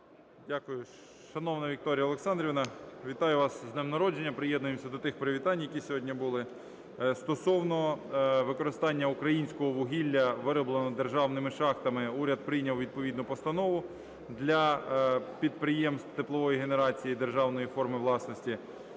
Дякую. Шановна Вікторія Олександрівна! Вітаю вас з днем народження! Приєднуюся до тих привітань, які сьогодні були. Стосовно використання українського вугілля, виробленого державними шахтами. Уряд прийняв відповідну постанову для підприємств теплової генерації державної форми власності,